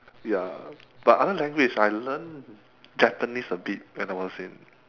ya but other language I learn japanese a bit when I was in